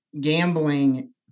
gambling